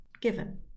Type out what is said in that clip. given